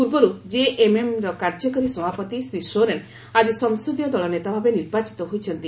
ପୂର୍ବରୁ ଜେଏମ୍ଏମ୍ର କାର୍ଯ୍ୟକାରୀ ସଭାପତି ଶ୍ରୀ ସୋରେନ୍ ଆଳି ସଂସଦୀୟ ଦଳ ନେତା ଭାବେ ନିର୍ବାଚିତ ହୋଇଛନ୍ତି